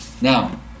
Now